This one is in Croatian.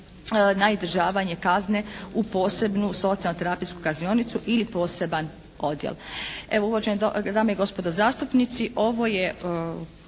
na izdržavanje kazne u posebnu socijalnu terapijsku kaznionicu ili poseban odjel. Evo, uvažene dame i gospodo zastupnici, ovo je